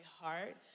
heart